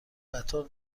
قطار